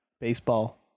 baseball